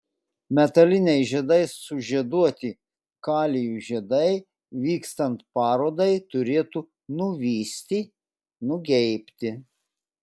metaliniais žiedais sužieduoti kalijų žiedai vykstant parodai turėtų nuvysti nugeibti